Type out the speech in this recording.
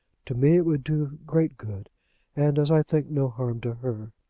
to me it would do great good and, as i think, no harm to her.